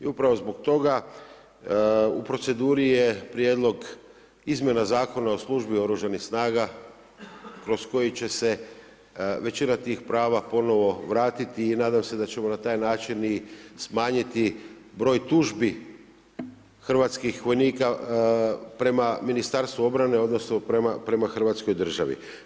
I upravo zbog toga u proceduri je prijedlog izmjena Zakona o službi Oružanih snaga kroz koji će se većina tih prava ponovo vratiti i nadam se da ćemo na taj način i smanjiti broj tužbi hrvatskih vojnika prema Ministarstvu obrane, odnosno prema Hrvatskoj državi.